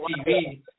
TV